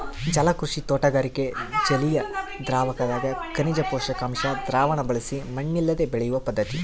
ಜಲಕೃಷಿ ತೋಟಗಾರಿಕೆ ಜಲಿಯದ್ರಾವಕದಗ ಖನಿಜ ಪೋಷಕಾಂಶ ದ್ರಾವಣ ಬಳಸಿ ಮಣ್ಣಿಲ್ಲದೆ ಬೆಳೆಯುವ ಪದ್ಧತಿ